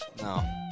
no